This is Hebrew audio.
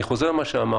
אני חוזר על מה שאמרתי,